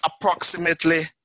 approximately